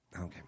okay